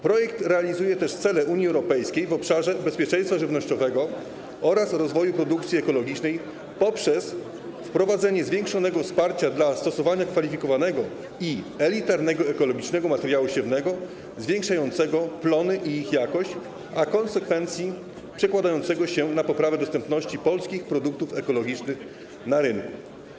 Projekt realizuje też cele Unii Europejskiej w obszarze bezpieczeństwa żywnościowego oraz rozwoju produkcji ekologicznej poprzez wprowadzenie zwiększonego wsparcia dla stosowania kwalifikowanego i elitarnego ekologicznego materiału siewnego, zwiększającego plony i ich jakość, a w konsekwencji przekładającego się na poprawę dostępności polskich produktów ekologicznych na rynku.